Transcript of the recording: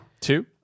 Two